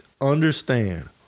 Understand